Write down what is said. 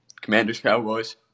Commanders-Cowboys